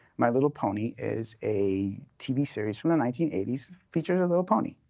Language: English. my little pony is a tv series from the nineteen eighty s, features a little pony.